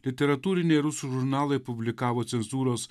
literatūriniai rusų žurnalai publikavo cenzūros